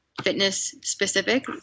fitness-specific